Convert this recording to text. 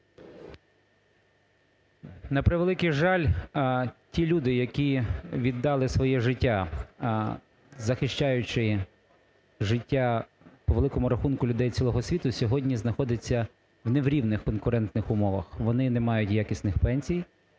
На превеликий жаль, ті люди, які віддали своє життя, захищаючи життя, по великому рахунку, людей цілого світу, сьогодні знаходяться в не в рівних конкурентних умовах, вони не мають якісних пенсій,